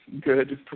good